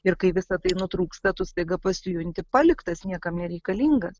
ir kai visa tai nutrūksta tu staiga pasijunti paliktas niekam nereikalingas